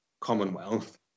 Commonwealth